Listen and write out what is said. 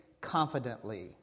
confidently